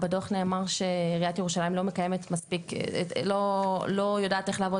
בדו"ח נאמר שעיריית ירושלים לא יודעת לעבוד